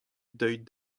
deuet